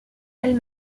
elles